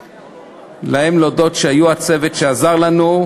להודות להם על שהיו הצוות שעזר לנו.